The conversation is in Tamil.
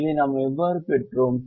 இதை நாம் எவ்வாறு பெற்றோம்